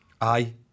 aye